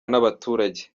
n’abaturage